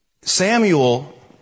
Samuel